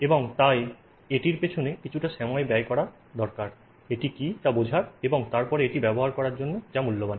এবং তাই এটির পেছনে কিছুটা সময় ব্যয় করা দরকার এটি কী তা বোঝার এবং তারপরে এটি ব্যবহার করার জন্য মূল্যবান